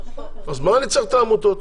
אז מה אני צריך את העמותות?